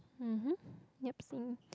mmhmm yupsie